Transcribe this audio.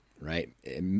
right